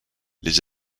les